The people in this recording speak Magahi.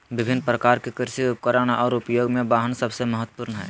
विभिन्न प्रकार के कृषि उपकरण और उपयोग में वाहन सबसे महत्वपूर्ण हइ